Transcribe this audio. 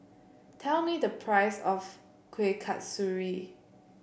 tell me the price of Kuih Kasturi